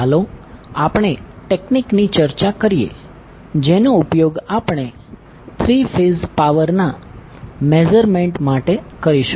ચાલો આપણે ટેકનીકની ચર્ચા કરીએ જેનો ઉપયોગ આપણે થ્રી ફેઝ પાવરના મેઝરમેન્ટ માટે કરીશું